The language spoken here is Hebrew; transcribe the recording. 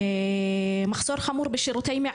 מחסור חמור בשירותים.